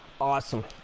Awesome